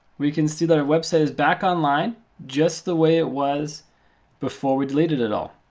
we can see that our website is back online just the way it was before we deleted it all.